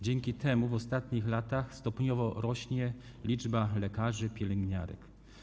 Dzięki temu w ostatnich latach stopniowo rośnie liczba lekarzy i pielęgniarek.